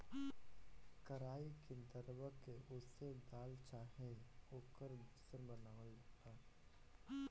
कराई के दरवा के ओसे दाल चाहे ओकर बेसन बनावल जाला